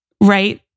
right